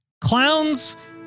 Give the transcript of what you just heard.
Clowns